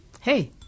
hey